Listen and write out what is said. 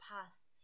past